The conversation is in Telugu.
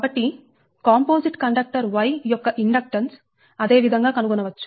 కాబట్టి కాంపోజిట్ కండక్టర్ Y యొక్క ఇండక్టెన్స్ అదే విధంగా కనుగొనవచ్చు